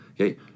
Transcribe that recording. Okay